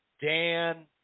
Dan